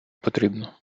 потрібно